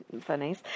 Funnies